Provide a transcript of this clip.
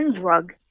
drug